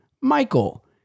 Michael